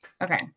Okay